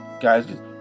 Guys